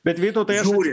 bet vytautai